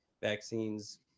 vaccines